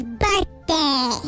birthday